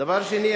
דבר שני,